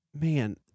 Man